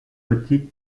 petite